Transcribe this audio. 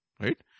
right